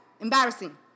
Embarrassing